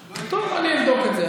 טוב, אני אבדוק את זה.